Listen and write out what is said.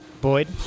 Boyd